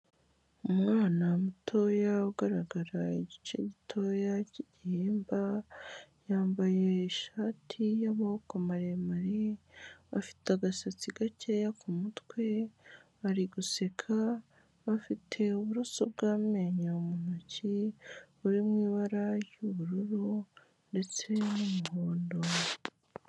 Umwana mutoya ugaragara igice gitoya cy'igihimba, yambaye ishati y'amaboko maremare, afite agasatsi gakeya ku mutwe, bari guseka, bafite uburoso bw'amenyo mu ntoki. Buri mu ibara ry'ubururu ndetse n'umuhondo.